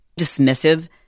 dismissive